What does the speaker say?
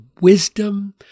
wisdom